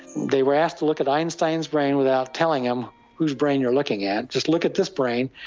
they were asked to look at einstein's brain without telling him whose brain you're looking at, just look at this brain,